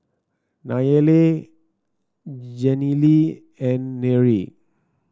Nayely Jenilee and Nery